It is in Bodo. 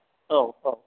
औ औ